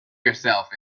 yourself